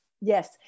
Yes